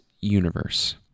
universe